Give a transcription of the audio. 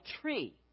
tree